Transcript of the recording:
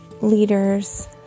leaders